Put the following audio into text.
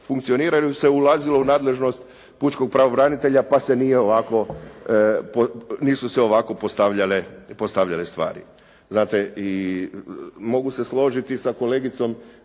funkcioniraju, jer se ulazilo u nadležnost pučkog pravobranitelja pa se nije ovako, nisu se ovako postavljale stvari. Znate i mogu se složiti sa kolegicom